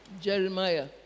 Jeremiah